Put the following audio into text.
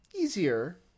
easier